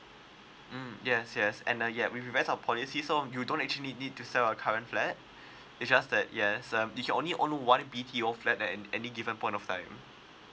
mm yes yes and uh ya we revise our policy so you don't actually need to sell your current flat it's just that yes um you can only own one B_T_O flat and any given point of time